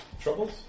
Troubles